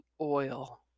oil